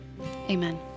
Amen